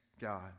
God